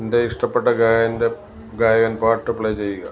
എന്റെ ഇഷ്ടപ്പെട്ട ഗായകൻ്റെ ഗായകന് പാട്ട് പ്ലേ ചെയ്യുക